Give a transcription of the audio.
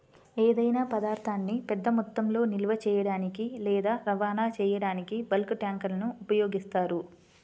ఏదైనా పదార్థాన్ని పెద్ద మొత్తంలో నిల్వ చేయడానికి లేదా రవాణా చేయడానికి బల్క్ ట్యాంక్లను ఉపయోగిస్తారు